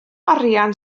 arian